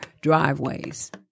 driveways